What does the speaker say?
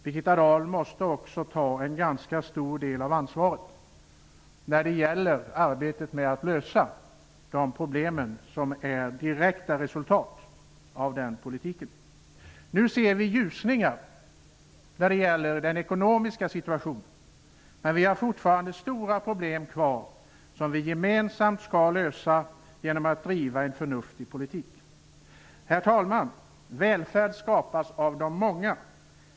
Birgitta Dahl måste också ta en ganska stor del av ansvaret när det gäller arbetet med att lösa de problem som är direkta resultat av den politiken. Nu ser vi ljusningar i den ekonomiska situationen. Men vi har fortfarande stora problem kvar som vi gemensamt skall lösa genom att driva en förnuftig politik. Herr talman! Välfärd skapas av de många.